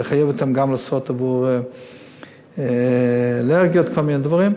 לחייב אותם גם לעשות עבור אלרגיות וכל מיני דברים.